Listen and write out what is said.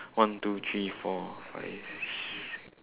one two three four five six